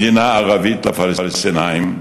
מדינה ערבית לפלסטינים,